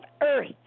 Earth